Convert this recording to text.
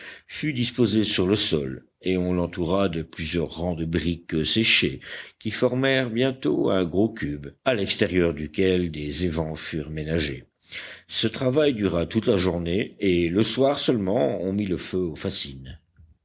fut disposé sur le sol et on l'entoura de plusieurs rangs de briques séchées qui formèrent bientôt un gros cube à l'extérieur duquel des évents furent ménagés ce travail dura toute la journée et le soir seulement on mit le feu aux fascines